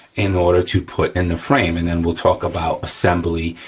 in order to put in the frame, and then we'll talk about assembly,